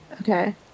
Okay